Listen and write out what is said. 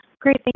Great